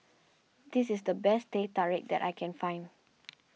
this is the best Teh Tarik that I can find